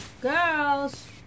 Girls